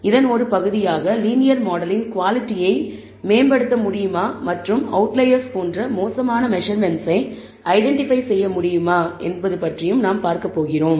இதன் ஒரு பகுதியாக லீனியர் மாடலின் குவாலிடியை மேம்படுத்த முடியுமா மற்றும் அவுட்லயர்ஸ் போன்ற மோசமான மெசர்மென்ட்ஸ்ஸை ஐடென்டிபை செய்ய முடியுமா செய்யமுடியுமா என்பது பற்றியும் நாம் பார்க்கப் போகிறோம்